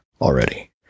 already